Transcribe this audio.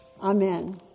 amen